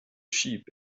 sheep